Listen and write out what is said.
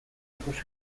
ikusi